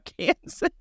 Kansas